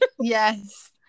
Yes